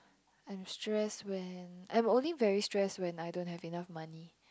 I'm stressed when I'm only very stressed when I don't have enough money